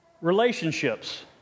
Relationships